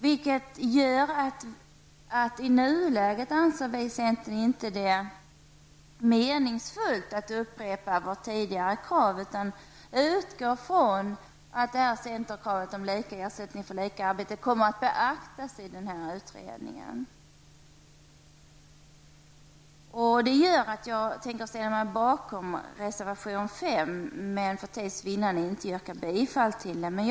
Därför anser vi i centern att det i nuläget inte är meningsfullt att upprepa vårt tidigare krav, utan utgår från att centerkravet om lika ersättning för lika arbete kommer att beaktas i utredningen. Jag ställer mig därför bakom reservation 5, men för tids vinnande yrkar jag inte bifall till den.